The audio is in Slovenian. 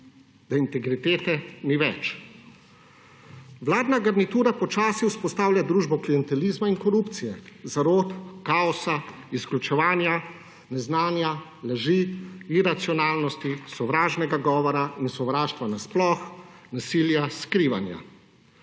da integritete ni več? Vladna garnitura počasi vzpostavlja družbo klientelizma in korupcije, zarot, kaosa, izključevanja, neznanja, laži, iracionalnosti, sovražnega govora in sovraštva nasploh, nasilja, skrivanja.